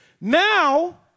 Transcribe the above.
Now